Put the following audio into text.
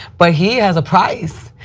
but he has a price.